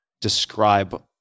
describe